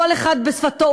כל אחד בשפתו-שלו,